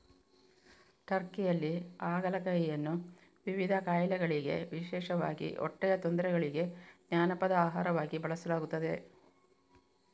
ಟರ್ಕಿಯಲ್ಲಿ ಹಾಗಲಕಾಯಿಯನ್ನು ವಿವಿಧ ಕಾಯಿಲೆಗಳಿಗೆ ವಿಶೇಷವಾಗಿ ಹೊಟ್ಟೆಯ ತೊಂದರೆಗಳಿಗೆ ಜಾನಪದ ಆಹಾರವಾಗಿ ಬಳಸಲಾಗುತ್ತದೆ